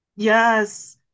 Yes